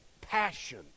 passion